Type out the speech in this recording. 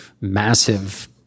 massive